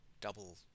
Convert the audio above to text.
double